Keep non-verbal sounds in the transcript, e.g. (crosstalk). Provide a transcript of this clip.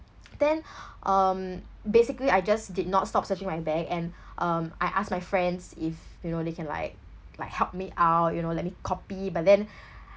then (breath) um basically I just did not stop searching my bag and (breath) um I asked my friends if you know they can like like help me out you know let me copy but then (breath)